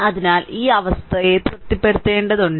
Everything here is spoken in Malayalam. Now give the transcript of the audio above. അതിനാൽ ഈ അവസ്ഥയെ തൃപ്തിപ്പെടുത്തേണ്ടതുണ്ട്